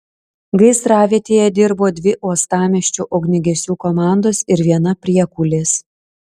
gaisravietėje dirbo dvi uostamiesčio ugniagesių komandos ir viena priekulės